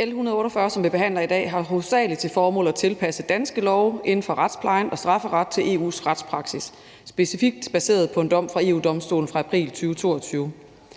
L 148, som vi behandler i dag, har hovedsagelig til formål at tilpasse danske love inden for retspleje og strafferet til EU's retspraksis, specifikt baseret på en dom fra EU-Domstolen fra april 2022.